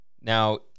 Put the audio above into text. Now